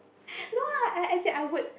no ah as as in I woudld